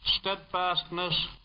steadfastness